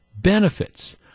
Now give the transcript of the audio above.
benefits